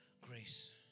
Grace